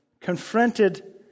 confronted